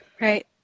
Right